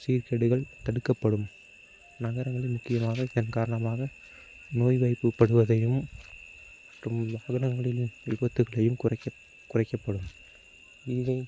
சீர்கேடுகள் தடுக்கப்படும் நகரங்களில் முக்கியமாக இதன் காரணமாக நோய்வாய்ப்படுவதையும் மற்றும் நகரங்களில் விபத்துக்களையும் குறைக்க குறைக்கப்படும் இவை